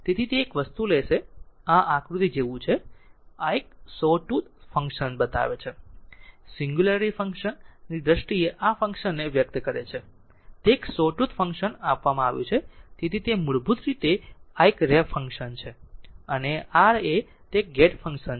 તેથી તે એક વસ્તુ લેશે આ આકૃતિ જેવું છે જે આ એક સોટુથ ફંક્શન બતાવે છે સિંગ્યુલારીટી ફંક્શન ની દ્રષ્ટિએ આ ફંક્શન ને વ્યક્ત કરે છે તે એક સોટુથ ફંક્શન આપવામાં આવ્યું છે તેથી તે મૂળભૂત રીતે એક રેમ્પ ફંક્શન છે અને r એ તે એક ગેટ ફંક્શન છે